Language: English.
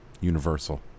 Universal